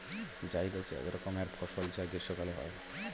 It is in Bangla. জায়িদ হচ্ছে এক রকমের ফসল যা গ্রীষ্মকালে হয়